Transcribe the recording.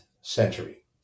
century